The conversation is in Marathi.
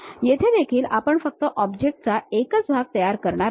येथे देखील आपण फक्त ऑब्जेक्ट चा एकच भाग तयार करणार आहोत